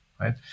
Right